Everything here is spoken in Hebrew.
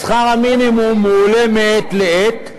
שכר המינימום עולה מעת לעת,